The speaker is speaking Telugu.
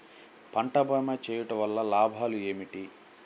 పంట భీమా చేయుటవల్ల లాభాలు ఏమిటి?